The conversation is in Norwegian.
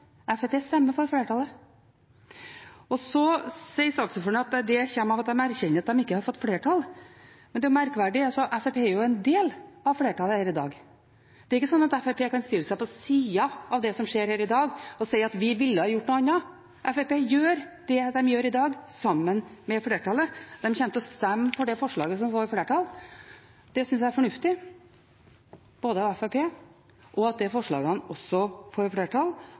stemmer med flertallet. Saksordføreren sier at det kommer av at de erkjenner at de ikke har fått flertall. Men det er merkverdig, for Fremskrittspartiet er jo en del av flertallet i dag. Det er ikke sånn at Fremskrittspartiet kan stille seg på sida av det som skjer her i dag, og si at de ville gjort noe annet. Fremskrittspartiet gjør det de gjør i dag, sammen med flertallet. De kommer til å stemme for det forslaget som får flertall. Det synes jeg er fornuftig av Fremskrittspartiet, og det er bra at de forslagene får flertall.